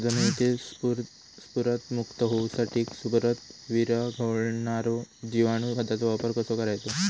जमिनीतील स्फुदरमुक्त होऊसाठीक स्फुदर वीरघळनारो जिवाणू खताचो वापर कसो करायचो?